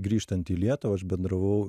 grįžtant į lietuvą aš bendravau